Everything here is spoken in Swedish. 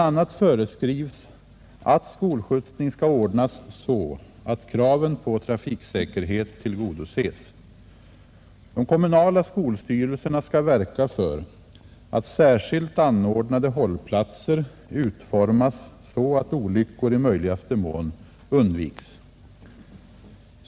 a. föreskrivs, att skolskjutsning skall ordnas så att kraven på trafiksäkerhet tillgodoses. De kommunala skolstyrelserna skall verka för att särskilt anordnade hållplatser utformas så att olyckor i möjligaste mån undviks.